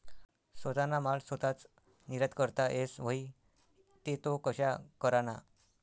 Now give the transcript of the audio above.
सोताना माल सोताच निर्यात करता येस व्हई ते तो कशा कराना?